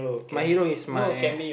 my hero is my